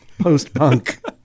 post-punk